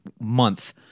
month